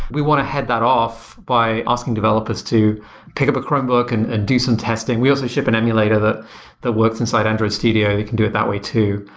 we want to head that off by asking developers to pick up a chromebook and do some testing. we also ship an emulator that that works inside android studio. you can do it that way too.